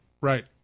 right